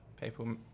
people